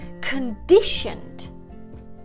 conditioned